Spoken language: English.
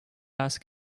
ask